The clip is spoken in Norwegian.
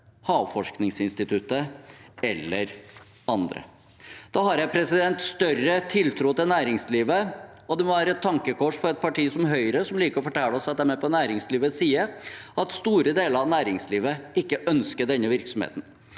Havforskningsinstituttet eller fra andre. Da har jeg større tiltro til næringslivet. Det må være et tankekors for et parti som Høyre, som liker å fortelle oss at de er på næringslivets side, at store deler av næringslivet ikke ønsker denne virksomheten.